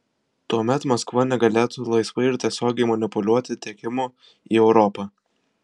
tuomet maskva negalėtų laisvai ir tiesiogiai manipuliuoti tiekimu į europą